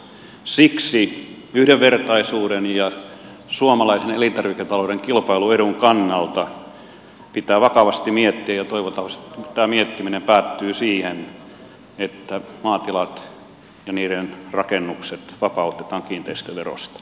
siksi yhdenvertaisuuden ja suomalaisen elintarviketalouden kilpailuedun kannalta pitää vakavasti miettiä ja toivottavasti tämä miettiminen päättyy siihen että maatilat ja niiden rakennukset vapautetaan kiinteistöverosta